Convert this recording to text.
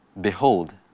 Behold